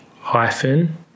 hyphen